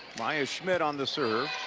mia schmidt on the serve